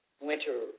winter